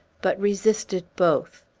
but resisted both.